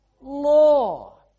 law